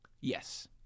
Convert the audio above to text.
Yes